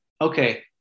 okay